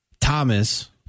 Thomas